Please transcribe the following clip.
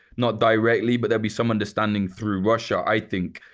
not directly, but there'll be some understanding through russia, i think.